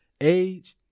Age